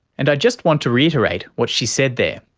and i just want to reiterate what she said there,